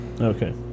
Okay